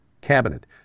cabinet